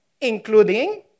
including